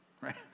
right